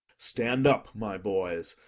stand up, my boys,